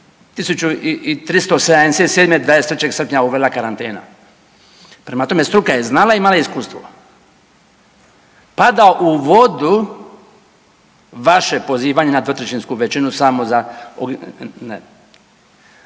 je s 3. srpnja uvela karantena. Prema tome, struka je znala i imala iskustvo. Pada u vodu vaše pozivanje na dvotrećinsku većinu samo za